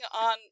on